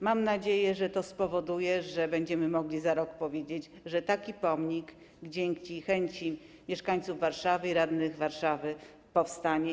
Mam nadzieję, że to spowoduje, że będziemy mogli za rok powiedzieć, że taki pomnik dzięki chęci mieszkańców Warszawy, radnych Warszawy, powstanie.